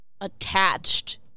attached